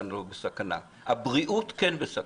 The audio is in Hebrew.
שלנו לא בסכנה הבריאות כן בסכנה.